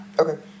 Okay